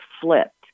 flipped